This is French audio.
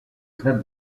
traite